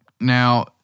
Now